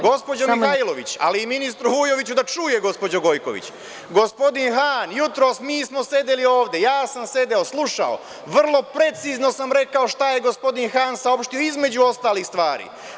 Gospođo Mihajlović, ali i ministru Vujoviću da čuje, gospođo Gojković, jutros smo sedeli ovde, ja sam sedeo, slušao i vrlo precizno sam rekao šta je gospodin Han saopštio između ostalih stvari.